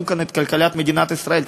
בנו כאן את כלכלת מדינת ישראל,